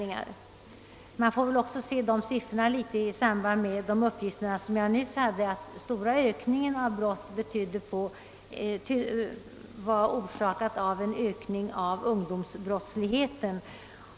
Man får väl i någon mån också se dessa siffror mot bakgrund av de uppgifter som jag nyss lämnat, nämligen att den stora ökningen av brott var orsakad av en stigande ungdomsbrottslighet.